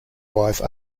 wife